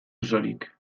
osorik